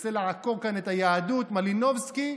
מנסה לעקור כאן את היהדות, מלינובסקי,